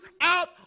out